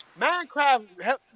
Minecraft